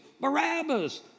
Barabbas